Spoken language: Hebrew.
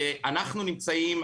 שאנחנו נמצאים,